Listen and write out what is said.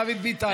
דוד ביטן,